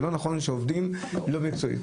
זה לא נכון שעובדים לא מקצועית.